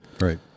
Right